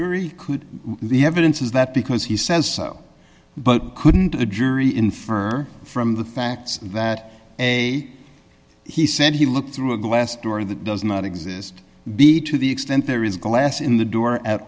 could the evidence is that because he says so but couldn't the jury infer from the fact that a he said he looked through a glass door that does not exist b to the extent there is glass in the door at